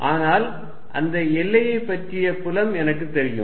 ஆனால் அந்த எல்லையை பற்றிய புலம் எனக்குத் தெரியும்